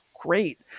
great